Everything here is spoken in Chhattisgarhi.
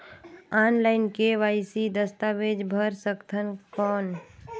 ऑनलाइन के.वाई.सी दस्तावेज भर सकथन कौन?